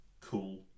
Cool